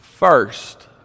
First